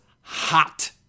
hot